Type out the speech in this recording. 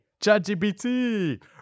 ChatGPT